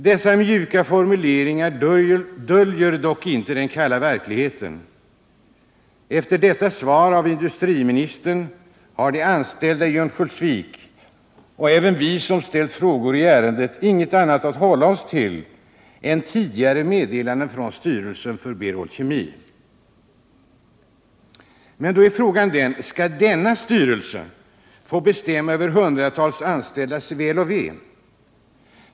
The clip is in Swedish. Dessa mjuka formuleringar döljer dock inte den kalla verkligheten. Efter detta svar av industriministern har de anställda i Örnsköldsvik, och även vi som ställt frågor i ärendet, inget annat att hålla oss till än tidigare meddelanden från styrelsen för Berol Kemi. Frågan är då om denna styrelse skall få bestämma över hundratals anställdas väl och ve.